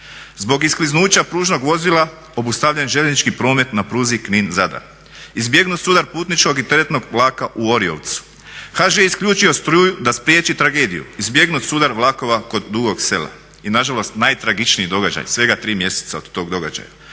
"Zbog iskliznuća pružnog vozila obustavljen željeznički promet na pruzi Knin-Zadar." "Izbjegnut sudar putničkog i teretnog vlaka u Orijovcu." "HŽ isključio struju da spriječi tragediju, izbjegnut sudar vlakova kod Dugog Sela." I nažalost najtragičniji događaj svega tri mjeseca od tog događaja